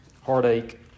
heartache